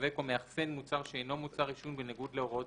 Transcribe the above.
משווק או מאחסן מוצר שאינו מוצר עישון בניגוד להוראות